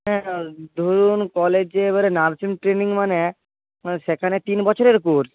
ধরুন কলেজের এবার নার্সিং ট্রেনিং মানে মানে সেখানে তিন বছরের কোর্স